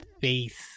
face